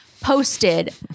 posted